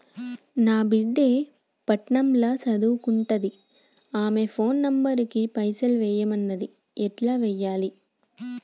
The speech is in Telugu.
నా బిడ్డే పట్నం ల సదువుకుంటుంది ఆమె ఫోన్ నంబర్ కి పైసల్ ఎయ్యమన్నది ఎట్ల ఎయ్యాలి?